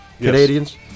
Canadians